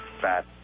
fat